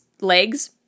legs